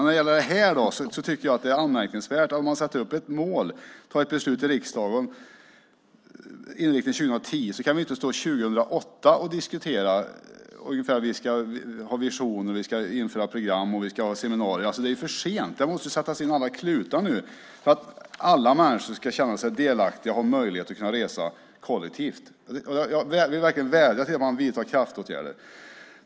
När det gäller den här frågan tycker jag att det är anmärkningsvärt att man sätter upp ett mål för ett beslut i riksdagen med inriktning på 2010 och står här 2008 och diskuterar, har visioner, vill införa program och ha seminarier. Det är för sent. Alla klutar måste sättas in för att alla människor ska känna sig delaktiga och ha möjlighet att resa kollektivt. Jag vädjar om att man vidtar kraftåtgärder.